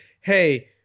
hey